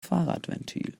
fahrradventil